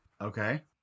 Okay